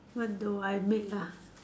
what do I make ah